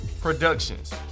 productions